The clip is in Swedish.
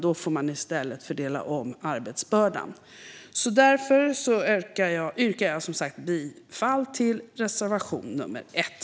Då får i stället arbetsbördan fördelas om. Jag yrkar bifall till reservation nr 1.